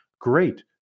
Great